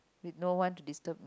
with no one to disturb me